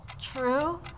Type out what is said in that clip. True